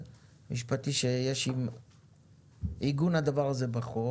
,שהוא יגיד שיש בעיה עם עיגון הדבר הזה בחוק